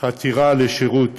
וחתירה לשירות